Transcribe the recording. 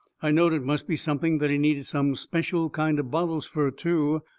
i knowed it must be something that he needed some special kind of bottles fur, too,